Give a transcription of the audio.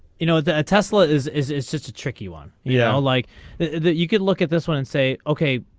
you know that tesla is is it's it's a tricky one yeah like that you could look at this one and say ok.